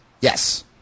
yes